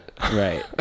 right